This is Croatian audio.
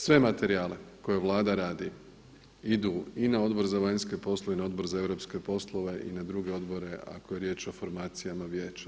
Sve materijale koje Vlada radi idu i na Odbor za vanjske poslove i na Odbor za europske poslove i na druge odbore ako je riječ o formacijama Vijeća.